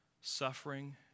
suffering